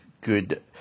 good